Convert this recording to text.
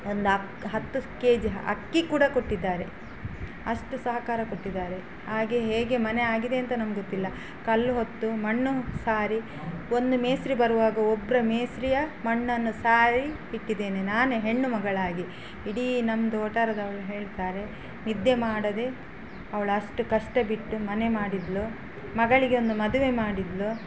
ಒಂದು ಹತ್ತು K G ಅಕ್ಕಿ ಕೂಡ ಕೊಟ್ಟಿದ್ದಾರೆ ಅಷ್ಟು ಸಹಕಾರ ಕೊಟ್ಟಿದ್ದಾರೆ ಹಾಗೆ ಹೇಗೆ ಮನೆ ಆಗಿದೆ ಅಂತ ನಮ್ಗೆ ಗೊತ್ತಿಲ್ಲ ಕಲ್ಲು ಹೊತ್ತು ಮಣ್ಣು ಸಾರಿ ಒಂದು ಮೇಸ್ತ್ರಿ ಬರುವಾಗ ಒಬ್ಬರ ಮೇಸ್ತ್ರಿಯ ಮಣ್ಣನ್ನು ಸಾರಿ ಇಟ್ಟಿದ್ದೇನೆ ನಾನೆ ಹೆಣ್ಣು ಮಗಳಾಗಿ ಇಡೀ ನಮ್ಮದು ವಟಾರದವರು ಹೇಳ್ತಾರೆ ನಿದ್ದೆ ಮಾಡದೆ ಅವಳು ಅಷ್ಟು ಕಷ್ಟ ಬಿಟ್ಟು ಮನೆ ಮಾಡಿದಳು ಮಗಳಿಗೆ ಒಂದು ಮದುವೆ ಮಾಡಿದಳು